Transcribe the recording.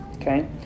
Okay